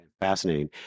Fascinating